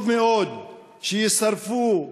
טוב מאוד, שיישרפו,